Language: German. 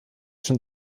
schon